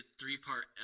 three-part